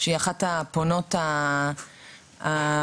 אחת הפונות הראשונות,